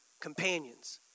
companions